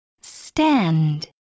Stand